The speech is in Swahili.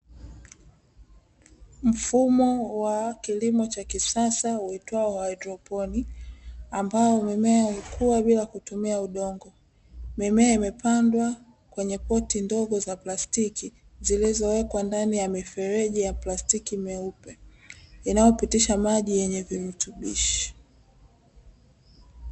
Mfumo wa kilimo cha kisasa uitwao "haidroponi", ambao mimea hukua bila kutumia udongo. Mimea imepandwa kwenye poti ndogo za plastiki zilizowekwa ndani ya mifereji ya plastiki meupe inayopitisha maji yenye virutubisho.